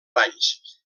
anys